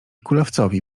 kulawcowi